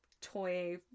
toy